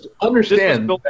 Understand